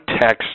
text